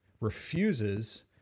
refuses